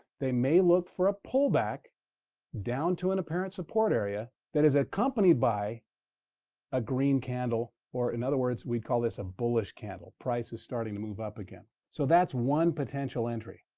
they may look for a pullback down to an apparent support area that is accompanied by a green candle, or in other words, we call this a bullish candle. price is starting to move up again. so that's one potential entry.